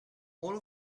all